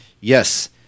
yes